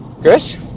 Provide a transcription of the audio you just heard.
Chris